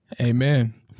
amen